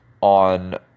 on